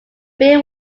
bill